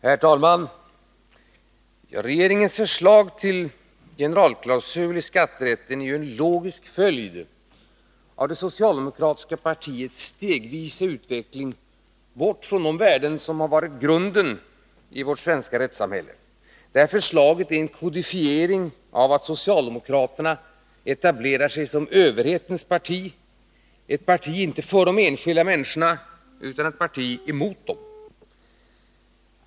Herr talman! Regeringens förslag till generalklausul i skatterätten är en logisk följd av det socialdemokratiska partiets stegvisa utveckling bort från de värden som har varit grunden i vårt svenska rättssamhälle. Detta förslag är en kodifiering av att socialdemokraterna etablerar sig som överhetens parti — ett parti inte för de enskilda människorna utan ett parti mot dem.